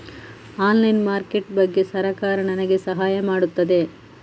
Online market ಬಗ್ಗೆ ಸರಕಾರ ನಮಗೆ ಸಹಾಯ ಮಾಡುತ್ತದೆ?